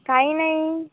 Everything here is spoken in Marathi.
काही नाही